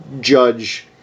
judge